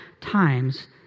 times